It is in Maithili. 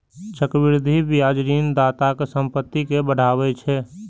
चक्रवृद्धि ब्याज ऋणदाताक संपत्ति कें बढ़ाबै छै